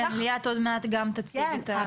כן, ליאת עוד מעט תציג את המחקר.